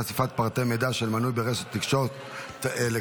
חשיפת פרטי מידע של מנוי ברשת תקשורת אלקטרונית),